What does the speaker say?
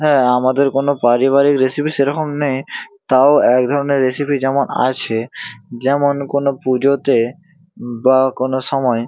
হ্যাঁ আমাদের কোনও পারিবারিক রেসিপি সেরকম নেই তাও এক ধরনের রেসিপি যেমন আছে যেমন কোনও পুজোতে বা কোনও সময়